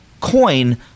coin